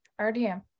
RDM